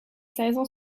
saisons